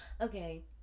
Okay